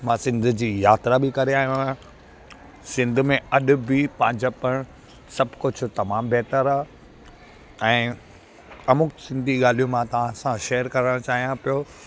मां सिंधु जी यात्रा बि करे आयो आहियां सिंधु में अॼु बि पंहिंजापण सभु कुझु तमामु बहतरु आहे ऐं अमुक सिंधी ॻाल्हियूं मां तव्हां सां शेयर करणु चाहियां पियो